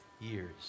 years